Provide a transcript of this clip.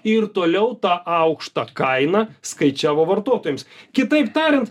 ir toliau tą aukštą kainą skaičiavo vartotojams kitaip tariant